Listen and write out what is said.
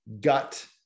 gut